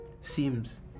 seems